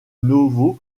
novo